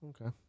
Okay